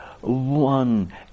one